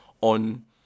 on